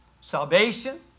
salvation